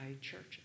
churches